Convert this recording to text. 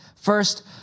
First